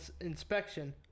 inspection